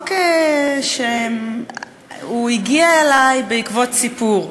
חוק זכויות הסטודנט והסטודנטית.